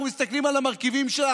אנחנו מסתכלים על המרכיבים שלה,